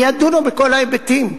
ידונו בכל ההיבטים,